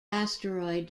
asteroid